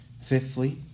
Fifthly